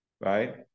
right